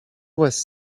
was